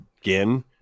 Again